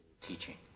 teaching